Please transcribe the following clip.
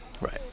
Right